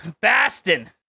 Bastin